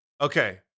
Okay